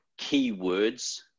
keywords